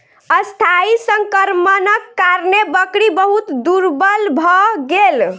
अस्थायी संक्रमणक कारणेँ बकरी बहुत दुर्बल भ गेल